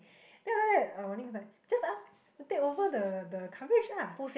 then after that uh Wan-Ning is like just ask to take over the the courage lah